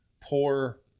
poor